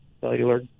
cellular